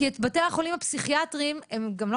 כי את בתי החולים הפסיכיאטריים הם גם לא